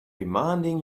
demanding